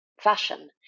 fashion